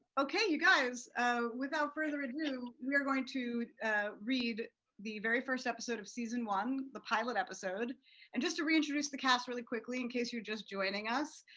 okay, you guys without further ado we are going to read the very first episode of season one, the pilot episode and just to reintroduce the cast really quickly in case you're just joining us.